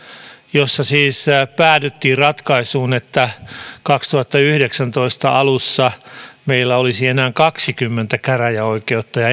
jossa siis päädyttiin ratkaisuun että vuoden kaksituhattayhdeksäntoista alussa meillä olisi enää kaksikymmentä käräjäoikeutta ja